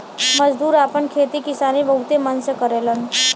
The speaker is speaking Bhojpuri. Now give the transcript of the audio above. मजदूर आपन खेती किसानी बहुत मन से करलन